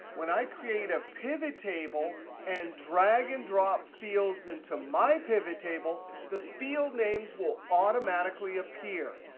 when i create a pivot table and drag and drop fields into my pivot table, the field names will automatically appear.